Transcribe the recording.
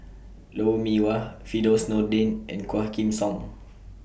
Lou Mee Wah Firdaus Nordin and Quah Kim Song